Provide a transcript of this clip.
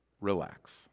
Relax